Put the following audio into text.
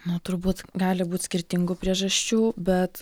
nu turbūt gali būt skirtingų priežasčių bet